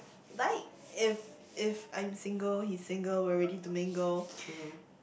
like if if I'm single his single we're ready to mingle